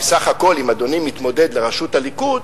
כי סך הכול, אם אדוני מתמודד על ראשות הליכוד,